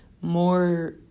more